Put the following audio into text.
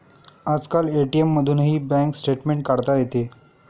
आजकाल ए.टी.एम मधूनही bank statement काढता येते